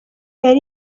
yari